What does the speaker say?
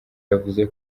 yavuze